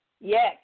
Yes